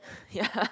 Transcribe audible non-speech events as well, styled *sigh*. *breath* ya